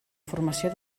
formació